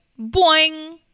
boing